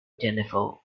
jennifer